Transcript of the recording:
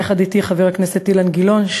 יחד אתי חבר הכנסת אילן גילאון,